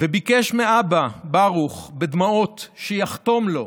וביקש מאבא ברוך, בדמעות, שיחתום לו,